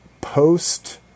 post